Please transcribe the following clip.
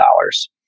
dollars